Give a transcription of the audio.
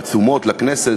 "עצומות לכנסת".